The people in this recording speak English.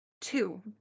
two